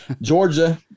Georgia